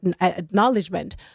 acknowledgement